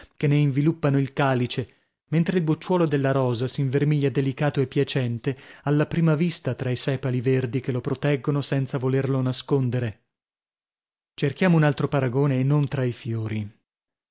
che ne inviluppano il calice mentre il bocciuolo della rosa s'invermiglia delicato e piacente alla prima vista tra i sèpali verdi che lo proteggono senza volerlo nascondere cerchiamo un altro paragone e non tra i fiori